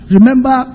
Remember